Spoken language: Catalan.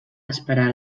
esperar